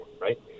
right